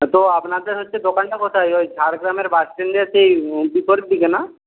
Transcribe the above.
তো আপনাদের হচ্ছে দোকানটা কোথায় ওই ঝাড়গ্রামের বাস স্ট্যান্ডের সেই ভিতরের দিকে না